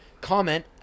comment